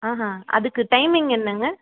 ஆஹான் அதுக்கு டைமிங் என்னங்க